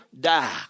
die